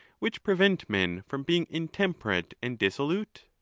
which prevent men from being intemperate and dissolute?